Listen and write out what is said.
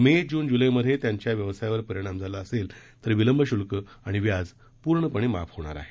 मे जून जुलै मधे त्यांच्या व्यवसायावर परिणाम झाला असल्यास विलंब शुल्क आणि व्याज पूर्णपणे माफ होणार आहे